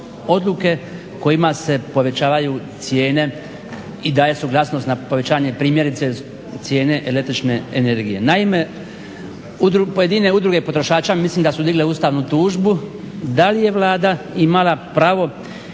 odluke kojima se povećavaju cijene i daje suglasnost na povećanje primjerice cijene električne energije. Naime, pojedine udruge potrošača mislim da su digle ustavnu tužbu da li je Vlada imala pravo